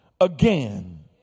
again